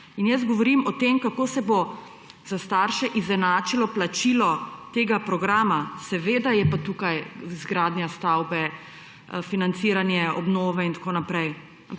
In jaz govorim o tem, kako se bo za starše izenačilo plačilo tega programa, seveda je pa tukaj izgradnja stavbe, financiranje obnove in tako naprej,